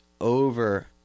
over